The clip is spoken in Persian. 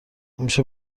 همیشه